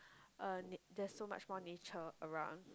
uh na~ there's so much more nature around